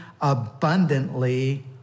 abundantly